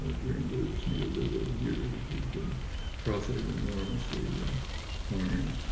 ah during those neoliberal years, we've been profiting enormously and farming,